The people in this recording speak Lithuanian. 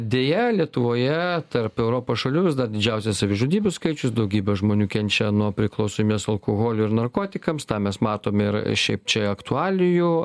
deja lietuvoje tarp europos šalių vis dar didžiausias savižudybių skaičius daugybė žmonių kenčia nuo priklausomybės alkoholiui ir narkotikams tą mes matom ir šiaip čia aktualijų